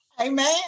Amen